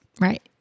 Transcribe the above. Right